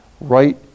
right